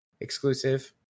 exclusive